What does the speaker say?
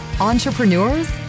entrepreneurs